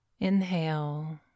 Inhale